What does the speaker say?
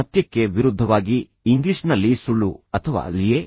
ಸತ್ಯಕ್ಕೆ ವಿರುದ್ಧವಾಗಿ ಇಂಗ್ಲಿಷ್ನಲ್ಲಿ ಸುಳ್ಳು ಅಥವಾ ಲಿಯೆ